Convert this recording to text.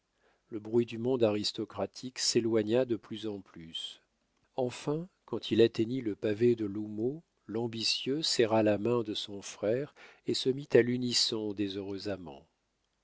le bruit du monde aristocratique s'éloigna de plus en plus enfin quand il atteignit le pavé de l'houmeau l'ambitieux serra la main de son frère et se mit à l'unisson des heureux amants